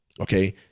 okay